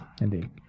Indeed